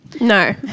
No